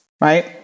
right